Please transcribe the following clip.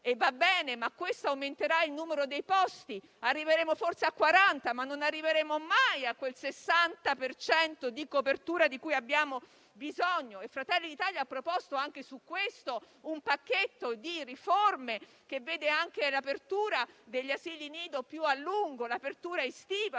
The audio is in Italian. va bene, ma questo aumenterà il numero dei posti, arriveremo forse a 40, ma non arriveremo mai a quel 60 per cento di copertura di cui abbiamo bisogno. Fratelli d'Italia ha proposto anche su questo punto un pacchetto di riforme che vede anche l'apertura degli asili nido più a lungo, l'apertura estiva